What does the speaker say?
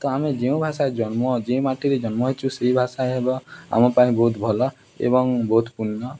ତ ଆମେ ଯେଉଁ ଭାଷା ଜନ୍ମ ଯେଉଁ ମାଟିରେ ଜନ୍ମ ହେଇଛୁ ସେହି ଭାଷା ହେବ ଆମ ପାଇଁ ବହୁତ ଭଲ ଏବଂ ବହୁତ ପୂର୍ଣ୍ଣ